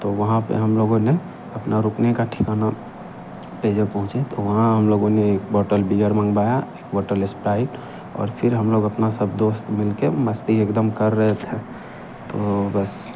तो वहाँ पर हम लोगो ने अपना रुकने का ठिकाना पर जब पहुँचे तो वहाँ हम लोगों ने एक बॉटल बीयर मंगवाया एक बॉटल स्प्राइट और फिर हम लोग अपना सब दोस्त मिल कर मस्ती एक दम कर रहे थे तो बस